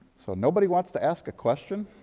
so nobody wants to ask a question?